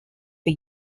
for